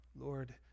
Lord